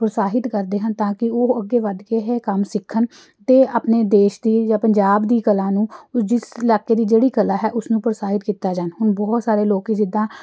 ਪ੍ਰੋਤਸਾਹਿਤ ਕਰਦੇ ਹਨ ਤਾਂ ਕਿ ਉਹ ਅੱਗੇ ਵੱਧ ਕੇ ਇਹ ਕੰਮ ਸਿੱਖਣ ਅਤੇ ਆਪਣੇ ਦੇਸ਼ ਦੀ ਜਾਂ ਪੰਜਾਬ ਦੀ ਕਲਾ ਨੂੰ ਜਿਸ ਇਲਾਕੇ ਦੀ ਜਿਹੜੀ ਕਲਾ ਹੈ ਉਸ ਨੂੰ ਪ੍ਰੋਤਸਾਹਿਤ ਕੀਤਾ ਜਾਣ ਹੁਣ ਬਹੁਤ ਸਾਰੇ ਲੋਕ ਜਿੱਦਾਂ